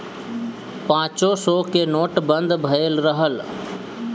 पांचो सौ के नोट बंद भएल रहल